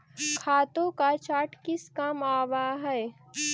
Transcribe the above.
खातों का चार्ट किस काम आवअ हई